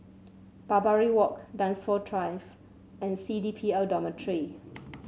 Barbary Walk Dunsfold Drive and C D P L Dormitory